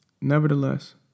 Nevertheless